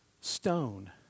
stone